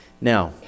Now